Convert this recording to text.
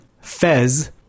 Fez